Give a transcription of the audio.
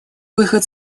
выход